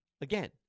again